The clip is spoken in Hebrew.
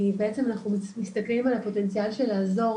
כי בעצם אנחנו מסתכלים על הפוטנציאל של לעזור